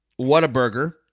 Whataburger